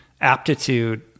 aptitude